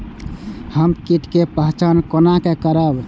हम कीट के पहचान कोना करब?